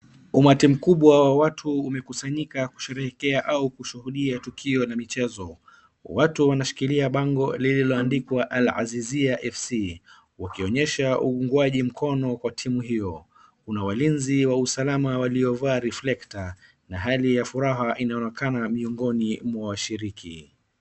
Umati mkubwa wa watu umekusanyika kusherehekea au kushuhudia tukio la michezo. Watu wanashikilia bango lililoandikwa Al-Azizia F.C., wakionyesha unguaji mkono kwa timu hiyo. Kuna walinzi wa usalama waliovaa reflector na hali ya furaha inaonekana miongoni mwa washiriki.